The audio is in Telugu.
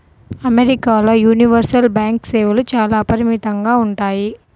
అమెరికాల యూనివర్సల్ బ్యాంకు సేవలు చాలా అపరిమితంగా ఉంటాయి